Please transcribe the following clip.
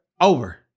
Over